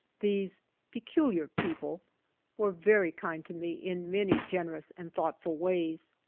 these peculiar people' were very kind to me in many generous and thoughtful ways.